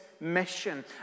mission